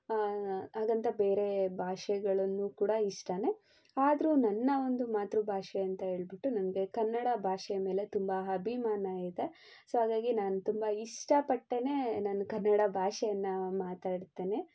ಹಾಗಂತ ಬೇರೆ ಭಾಷೆಗಳು ಕೂಡ ಇಷ್ಟವೆ ಆದ್ರೂ ನನ್ನ ಒಂದು ಮಾತೃಭಾಷೆ ಅಂತ ಹೇಳಿಬಿಟ್ಟು ನನಗೆ ಕನ್ನಡ ಭಾಷೆಯ ಮೇಲೆ ತುಂಬ ಅಭಿಮಾನ ಇದೆ ಸೊ ಹಾಗಾಗಿ ನಾನು ತುಂಬ ಇಷ್ಟಪಟ್ಟೆ ನಾನು ಕನ್ನಡ ಭಾಷೆಯನ್ನು ಮಾತಾಡ್ತೇನೆ